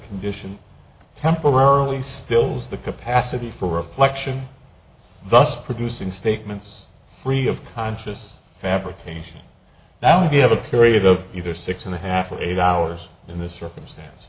condition temporarily stills the capacity for reflection thus producing statements free of conscious fabrication that if you have a period of either six and a half or eight hours in this circumstance